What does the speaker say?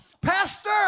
Pastor